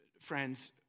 friends